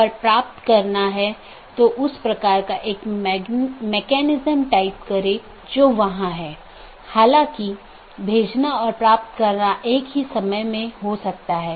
अब एक नया अपडेट है तो इसे एक नया रास्ता खोजना होगा और इसे दूसरों को विज्ञापित करना होगा